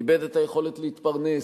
איבד את היכולת להתפרנס,